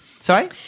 Sorry